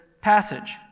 passage